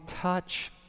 touch